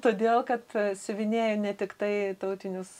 todėl kad siuvinėju ne tiktai tautinius